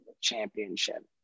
championship